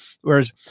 Whereas